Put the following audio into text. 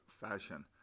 fashion